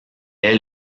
est